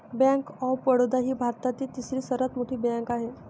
bank of Baroda ही भारतातील तिसरी सर्वात मोठी बँक आहे